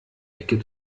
ecke